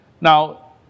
Now